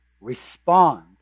respond